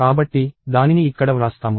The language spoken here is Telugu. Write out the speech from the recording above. కాబట్టి దానిని ఇక్కడ వ్రాస్తాము